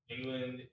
England